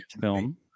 film